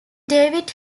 david